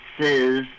says